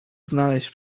znaleźć